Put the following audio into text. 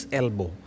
elbow